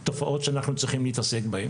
שאני חושב כולם יכולים לתרום לטובת העניין.